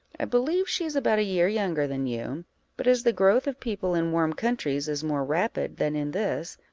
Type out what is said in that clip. i believe she is about a year younger than you but as the growth of people in warm countries is more rapid than in this,